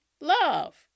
love